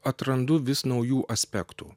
atrandu vis naujų aspektų